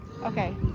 okay